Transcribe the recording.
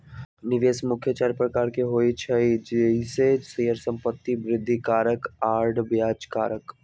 निवेश मुख्य चार प्रकार के होइ छइ जइसे शेयर, संपत्ति, वृद्धि कारक आऽ ब्याज कारक